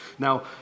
Now